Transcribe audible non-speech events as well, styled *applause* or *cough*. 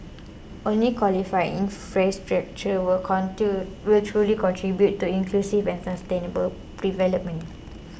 only quality infrastructure *unintelligible* will truly contribute to inclusive and sustainable development